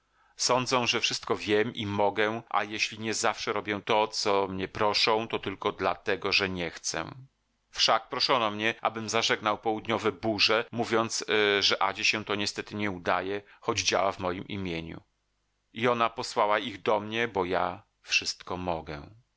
sądzą że wszystko wiem i mogę a jeśli nie zawsze robię to o co mnie proszą to tylko dla tego że nie chcę wszak proszono mnie abym zażegnał południowe burze mówiąc że adzie się to niestety nie udaje choć działa w mojem imieniu i ona posłała ich do mnie bo ja wszystko mogę